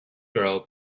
girl